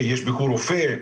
יש ביקורופא,